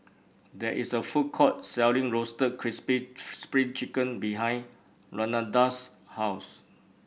there is a food court selling Roasted Crispy Spring Chicken behind Renada's house